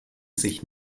sich